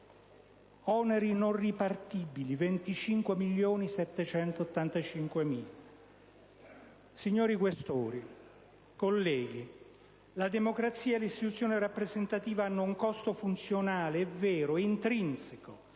oneri non ripartibili (25.785.000 euro). Signori Questori, colleghi, la democrazia e le istituzioni rappresentative hanno un costo funzionale intrinseco